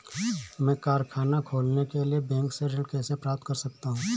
मैं कारखाना खोलने के लिए बैंक से ऋण कैसे प्राप्त कर सकता हूँ?